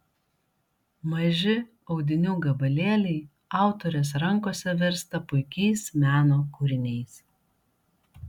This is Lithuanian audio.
maži audinių gabalėliai autorės rankose virsta puikiais meno kūriniais